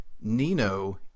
Nino